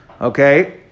Okay